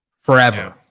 forever